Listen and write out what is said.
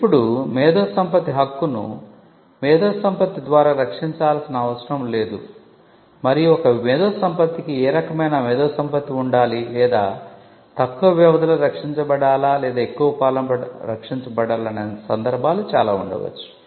ఇప్పుడు మేధో సంపత్తి హక్కును మేధోసంపత్తి ద్వారా రక్షించాల్సిన అవసరం లేదు మరియు ఒక మేధోసంపత్తికి ఏ రకమైన మేధోసంపత్తి ఉండాలి లేదా తక్కువ వ్యవధిలో రక్షించబడాలా లేదా ఎక్కువ కాలం పాటు రక్షించబడాలా అనే సందర్భాలు చాలా ఉండవచ్చు